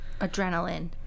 adrenaline